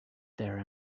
there